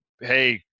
Hey